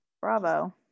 bravo